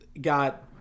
Got